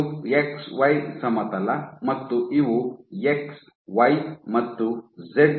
ಇದು X Y ಸಮತಲ ಮತ್ತು ಇವು ಎಕ್ಸ್ ವೈ ಮತ್ತು ಜೆಡ್